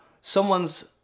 someone's